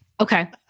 Okay